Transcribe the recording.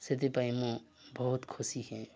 ସେଥିପାଇଁ ମୁଁ ବହୁତ ଖୁସି ହିଏଁ